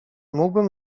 mógłbym